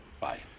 Bye